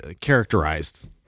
characterized